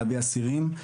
להביא אסירים.